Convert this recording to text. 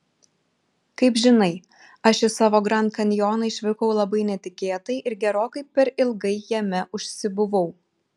kaip žinai aš į savo grand kanjoną išvykau labai netikėtai ir gerokai per ilgai jame užsibuvau